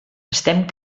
estem